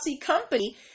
company